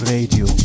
Radio